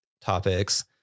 topics